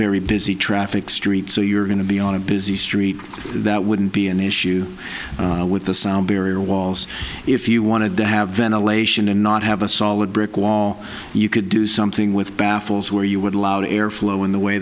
very busy traffic street so you're going to be on a busy street that wouldn't be an issue with the sound barrier walls if you wanted to have ventilation and not have a solid brick wall you could do something with baffles where you would allow the airflow in the way